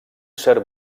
cert